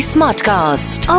Smartcast